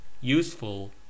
useful